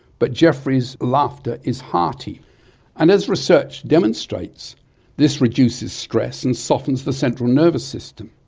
but geoffrey's laughter is hearty and as research demonstrates this reduces stress and softens the central nervous system.